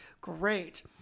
great